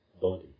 body